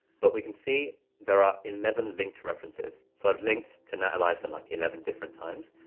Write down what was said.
but we can see there are eleven linked references. so i've linked to nat eliason like eleven different times.